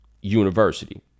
university